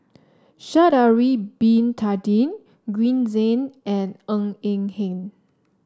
Sha'ari Bin Tadin Green Zeng and Ng Eng Hen